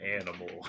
animal